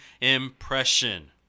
impression